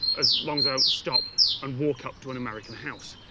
as long as i don't stop and walk up to an american house.